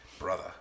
brother